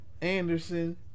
Anderson